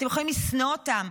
אתם יכולים לשנוא אותם,